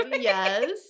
yes